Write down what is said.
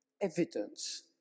evidence